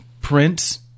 Prince